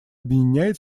объединяет